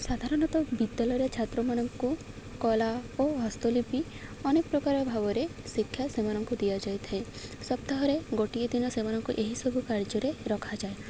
ସାଧାରଣତଃ ବିଦ୍ୟାଳୟର ଛାତ୍ରମାନଙ୍କୁ କଳା ଓ ହସ୍ତଲିପି ଅନେକ ପ୍ରକାର ଭାବରେ ଶିକ୍ଷା ସେମାନଙ୍କୁ ଦିଆଯାଇ ଥାଏ ସପ୍ତାହରେ ଗୋଟିଏ ଦିନ ସେମାନଙ୍କୁ ଏହିସବୁ କାର୍ଯ୍ୟରେ ରଖାଯାଏ